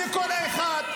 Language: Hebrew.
לכל אחד,